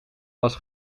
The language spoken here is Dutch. was